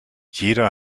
jeder